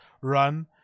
run